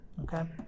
okay